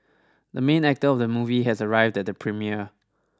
the main actor of the movie has arrived at the premiere